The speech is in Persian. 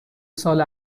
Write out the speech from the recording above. سال